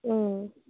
अँ